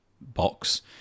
box